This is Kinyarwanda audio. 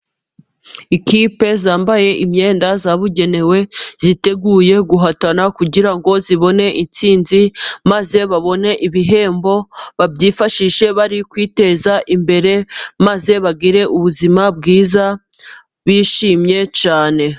Ikipe yambaye imyenda yabugenewe, yiteguye guhatana kugira ngo zibone intsinzi maze babone ibihembo, babyifashishe bari kwiteza imbere maze bagire ubuzima bwiza bishimye cyane.